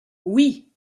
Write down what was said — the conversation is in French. oui